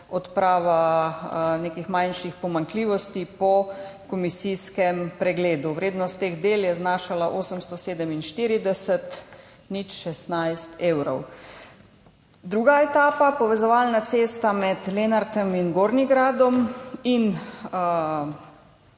odprava nekih manjših pomanjkljivosti po komisijskem pregledu. Vrednost teh del je znašala 847 tisoč 16 evrov. Druga etapa, povezovalna cesta med Lenartom in Gornjim Gradom in